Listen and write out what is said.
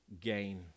gain